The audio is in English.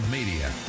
Media